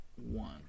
one